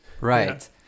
Right